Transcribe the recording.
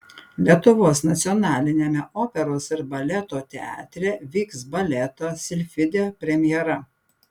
lietuvos nacionaliniame operos ir baleto teatre vyks baleto silfidė premjera